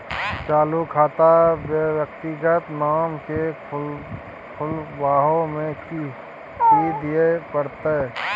चालू खाता व्यक्तिगत नाम से खुलवाबै में कि की दिये परतै?